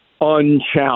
unchallenged